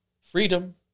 freedom